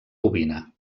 ovina